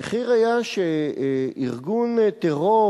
המחיר היה שארגון טרור